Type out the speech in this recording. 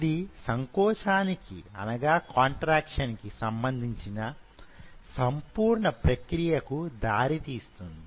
ఇది సంకోచానికి సంబంధించిన సంపూర్ణ ప్రక్రియకు దారితీస్తుంది